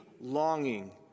longing